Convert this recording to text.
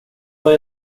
vad